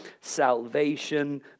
salvation